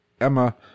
Emma